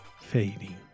fading